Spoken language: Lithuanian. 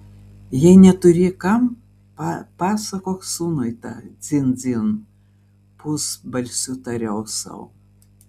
jei neturi kam papasakok sūnui tą dzin dzin pusbalsiu tariau sau